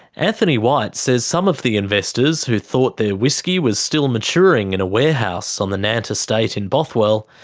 anthony white says some of the investors who thought their whisky was still maturing in a warehouse on the nant estate in bothwell,